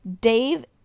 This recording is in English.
Dave